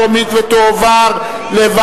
39